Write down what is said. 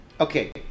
Okay